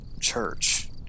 church